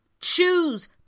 choose